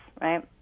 right